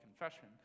Confession